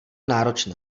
náročné